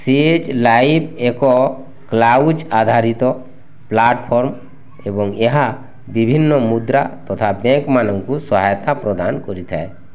says live ଏକ cloud ଆଧାରିତ platform ଏବଂ ଏହା ବିଭିନ୍ନ ମୁଦ୍ରା ତଥା ବ୍ୟାଙ୍କ୍ ମାନଙ୍କୁ ସହାୟତା ପ୍ରଦାନ କରିଥାଏ